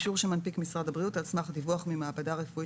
אישור שמנפיק משרד הבריאות על סמך דיווח ממעבדה רפואית